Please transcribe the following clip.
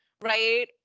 right